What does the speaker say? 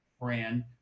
brand